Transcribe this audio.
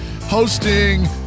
hosting